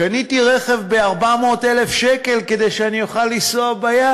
קניתי רכב ב-400,000 שקל כדי שאני אוכל לנסוע בים.